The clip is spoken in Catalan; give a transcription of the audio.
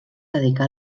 dedicà